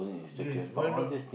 yes why not